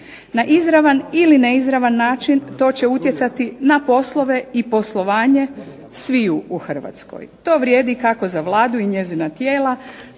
Na izravan ili neizravan način to će utjecati na poslove i poslovanje svih u Hrvatskoj. To vrijedi kako za Vladu i njezina tijela